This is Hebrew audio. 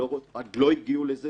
עוד לא הגיעו לזה